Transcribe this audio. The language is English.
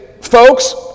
folks